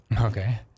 Okay